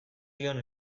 dion